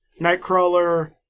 Nightcrawler